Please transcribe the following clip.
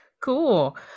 cool